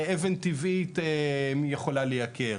אבן טבעית יכולה לייקר,